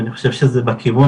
אם אני חושב שזה בכיוון,